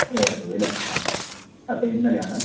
വിയർത്തു പോയി അല്ലെ ആ അപ്പോൾ ഇന്നലെയാണ്